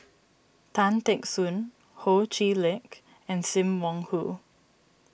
Tan Teck Soon Ho Chee Lick and Sim Wong Hoo